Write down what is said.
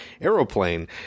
aeroplane